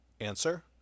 Answer